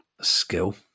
skill